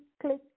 click